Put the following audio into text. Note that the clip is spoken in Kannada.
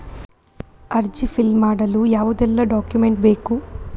ಅರ್ಜಿ ಫಿಲ್ ಮಾಡಲು ಯಾವುದೆಲ್ಲ ಡಾಕ್ಯುಮೆಂಟ್ ಬೇಕು?